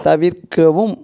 தவிர்க்கவும்